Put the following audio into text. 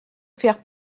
faire